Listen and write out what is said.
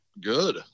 good